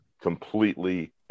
completely